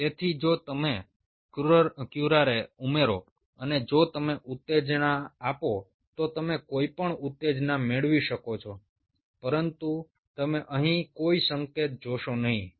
તેથી જો તમે ક્યુરારે ઉમેરો અને જો તમે ઉત્તેજના આપો તો તમે કોઈપણ ઉત્તેજના મેળવી શકો છો પરંતુ તમે અહીં કોઈ સંકેત જોશો નહીં